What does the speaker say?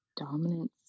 dominance